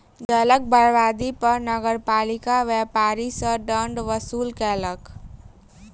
जलक बर्बादी पर नगरपालिका व्यापारी सॅ दंड वसूल केलक